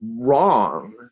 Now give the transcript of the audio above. wrong